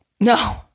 no